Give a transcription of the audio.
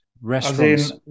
restaurants